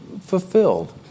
fulfilled